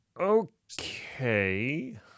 Okay